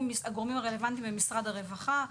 עם הגורמים הרלוונטיים במשרד הרווחה.